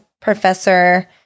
professor